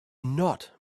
not